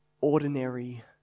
ordinary